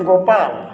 Gopal